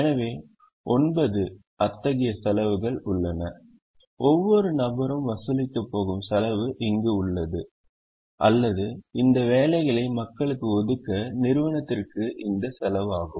எனவே 9 அத்தகைய செலவுகள் உள்ளன ஒவ்வொரு நபரும் வசூலிக்கப் போகும் செலவு இங்கு உள்ளது அல்லது இந்த வேலைகளை மக்களுக்கு ஒதுக்க நிறுவனத்திற்கு இந்த செலவாகும்